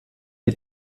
die